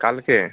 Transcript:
কালকে